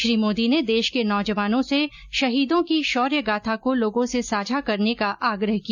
श्री मोदी ने देश के नौजवानों से शहीदों की शौर्य गाथा को लोगों से साझा करने का आग्रह किया